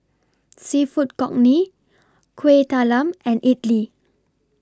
Seafood Congee Kuih Talam and Idly